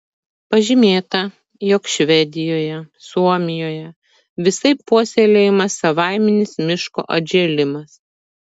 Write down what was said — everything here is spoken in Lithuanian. pažymėta jog švedijoje suomijoje visaip puoselėjamas savaiminis miško atžėlimas